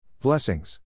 Blessings